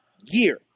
year